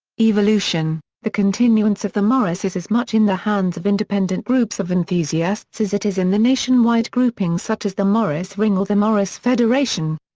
evolution the continuance of the morris is as much in the hands of independent groups of enthusiasts as it is in the nationwide groupings such as the morris ring or the morris federation.